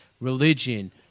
religion